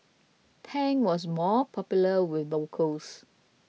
Tang was more popular with locals